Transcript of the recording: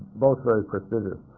both very prestigious.